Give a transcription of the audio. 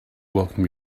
welcome